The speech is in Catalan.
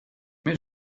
més